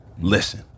listen